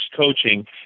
coaching